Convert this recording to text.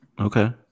Okay